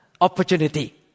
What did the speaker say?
opportunity